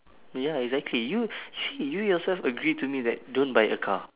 ya exactly you see you yourself agree to me that don't buy a car